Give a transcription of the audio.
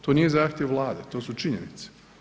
To nije zahtjev Vlade, to su činjenice.